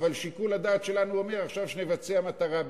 אבל שיקול הדעת שלנו אומר עכשיו שנבצע מטרה ב'.